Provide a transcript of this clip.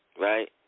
right